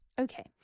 Okay